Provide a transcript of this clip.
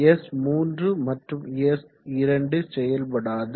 S3 மற்றும் S2 செயல்படாது